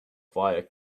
fire